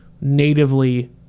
natively